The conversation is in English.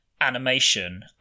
animation